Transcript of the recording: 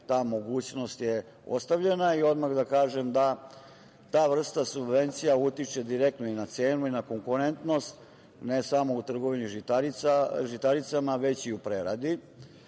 ta mogućnost je ostavljena i odmah da kažem da ta vrsta subvencija utiče direktno i cenu i na konkurentnost, ne samo u trgovini žitaricama, već i u preradi,